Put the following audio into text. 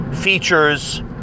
features